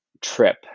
trip